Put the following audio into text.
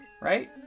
Right